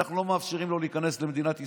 אנחנו לא מאפשרים לו להיכנס למדינת ישראל.